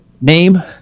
name